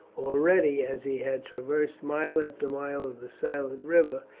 already, as he had traversed mile after mile of the silent river,